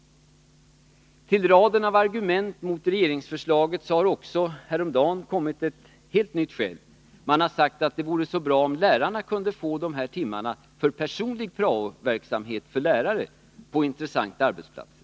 Till raden av argument mot regeringsförslaget har häromdagen ett helt nytt tillkommit. Man har sagt att det vore så bra om lärarna kunde få de här timmarna för personlig prao-verksamhet på intressanta arbetsplatser.